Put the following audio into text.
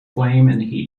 flame